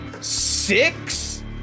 six